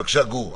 בבקשה, גור.